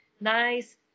nice